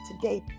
today